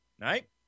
Right